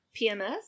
PMS